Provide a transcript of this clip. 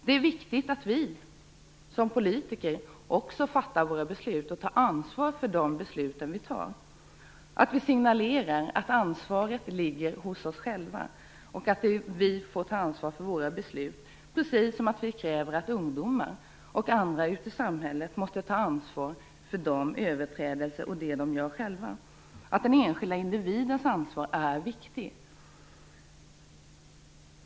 Det är viktigt att också vi som politiker tar ansvar för de beslut vi fattar och att vi signalerar att ansvaret ligger hos oss själva. Vi måste ta ansvar för våra beslut precis som att vi kräver att ungdomar och andra ute i samhället skall ta ansvar för sina överträdelser. Den enskilda individens ansvar är viktigt.